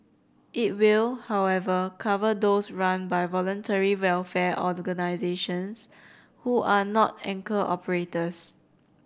it will however cover those run by voluntary welfare organisations who are not anchor operators